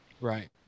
Right